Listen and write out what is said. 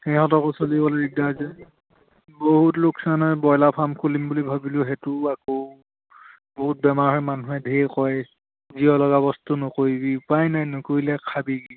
সিহঁতকো চলিবলৈ দিগদাৰ যে বহুত লোকচান হয় ব্ৰইলাৰ ফাৰ্ম খুলিম বুলি ভাবিলোঁ সেইটোও আকৌ বহুত বেমাৰ হয় মানুহে ঢেৰ কয় জীৱ লগা বস্তু নকৰিবি উপায় নাই নকৰিলে খাবি কি